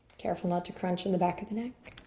careful not to crunch in the back of the neck.